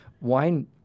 wine